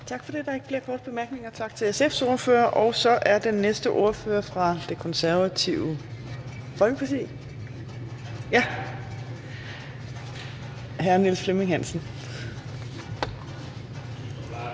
Tak for det. Der er ikke nogen korte bemærkninger. Tak til Enhedslistens ordfører, og så er det ordføreren for Det Konservative Folkeparti, hr. Niels Flemming Hansen.